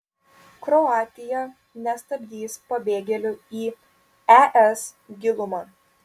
kroatija nestabdys pabėgėlių į es gilumą